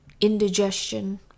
indigestion